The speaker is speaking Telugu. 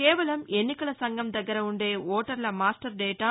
కేవలం ఎన్నికల సంఘం దగ్గర ఉండే ఓటర్ల మాస్టర్ డేటా